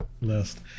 list